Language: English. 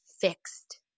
fixed